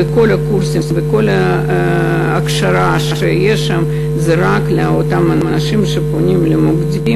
וכל הקורסים וכל ההכשרה שיש שם זה רק לאותם אנשים שפונים למוקדים.